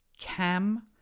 Cam